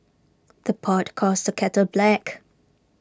the pot calls the kettle black